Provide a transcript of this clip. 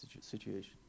situation